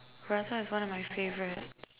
burrata is one of my favourites